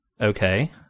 Okay